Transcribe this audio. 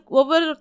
over